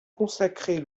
consacrée